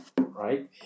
right